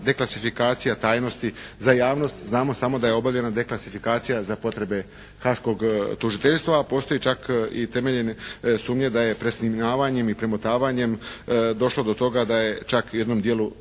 deklasifikacija tajnosti za javnost, znamo samo da je obavljena deklasifikacija za potrebe Haaškog tužiteljstva, a postoje čak i temeljene sumnje da je presnimavanjem i premotavanjem došlo do toga da je čak u jednom dijelu